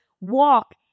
walk